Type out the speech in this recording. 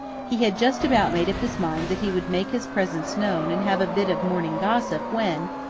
he had just about made up his mind that he would make his presence known and have a bit of morning gossip when,